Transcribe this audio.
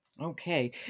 Okay